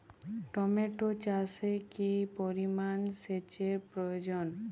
Tomato চাষে কি পরিমান সেচের প্রয়োজন?